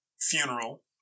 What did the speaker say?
funeral